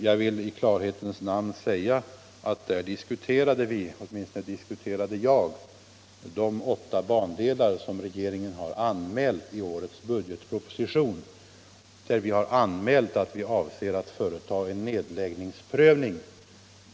Jag vill i klarhetens namn säga att vi i detta program diskuterade — åtminstone gjorde jag det — de åtta bandelar beträffande vilka regeringen i årets budgetproposition anmält att man avser att företa en nedläggningsprövning.